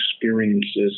experiences